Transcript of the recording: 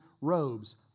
robes